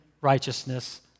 righteousness